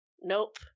nope